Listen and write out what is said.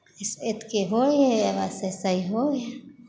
बस एतेक होइ हइ बस अइसे ही होइ हइ